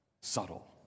Subtle